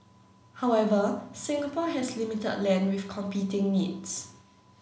however Singapore has limited land with competing needs